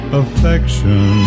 affection